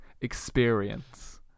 experience